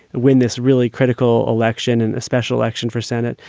win this really critical election in a special election for senate.